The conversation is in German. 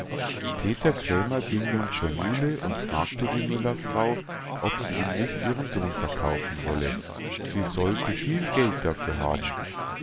peter krämer ging nun zur mühle und fragte die müllerfrau ob sie ihm nicht ihren sohn verkaufen wolle sie sollte viel geld dafür haben